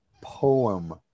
poem